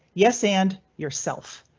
yes, and yourself.